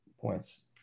points